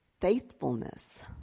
faithfulness